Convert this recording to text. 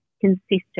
consistent